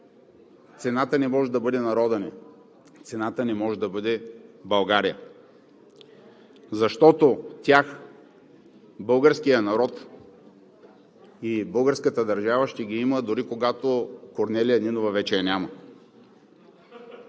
не може да бъде народът ни, цената не може да бъде България. Защото тях – българският народ и българската държава, ще ги има дори когато Корнелия Нинова вече я няма.